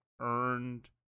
earned